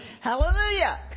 Hallelujah